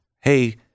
Hey